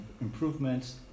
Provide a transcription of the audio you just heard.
improvements